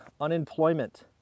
unemployment